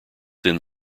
then